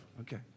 okay